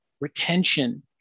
retention